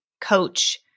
coach